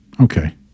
okay